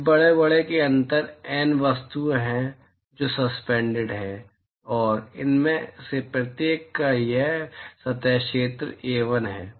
इस बड़े बाड़े के अंदर N वस्तुएं हैं जो सस्पेंडेड हैं और इनमें से प्रत्येक का यह सतह क्षेत्र A1 है